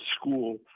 school